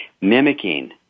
mimicking